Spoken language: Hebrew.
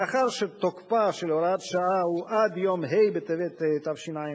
מאחר שתוקפה של הוראת השעה הוא עד יום ה' בטבת התשע"ב,